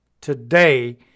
today